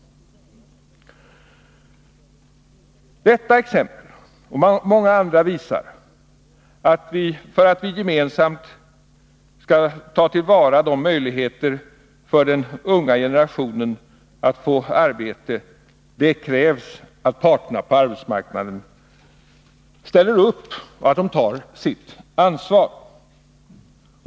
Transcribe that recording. Detta och många andra exempel visar att det, för att vi gemensamt skall kunna ta till vara möjligheterna för den unga generationen att få arbete, krävs att parterna på arbetsmarknaden ställer upp och tar sitt ansvar.